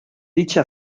dicha